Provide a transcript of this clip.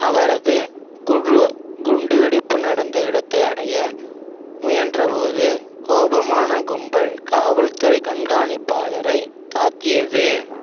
அவரது குழு குண்டுவெடிப்பு நடந்த இடத்தை அடைய முயன்றபோது கோபமான கும்பல் காவல்துறை கண்காணிப்பாளரை தாக்கியது